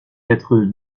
être